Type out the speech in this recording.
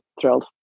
thrilled